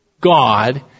God